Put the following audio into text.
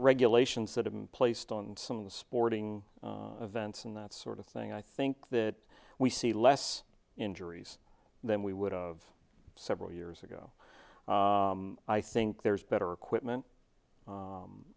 regulations that have been placed on some of the sporting events and that sort of thing i think that we see less injuries than we would of several years ago i think there's better equipment u